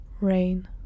rain